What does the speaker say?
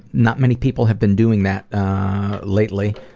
not many people have been doing that lately,